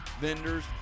vendors